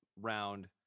round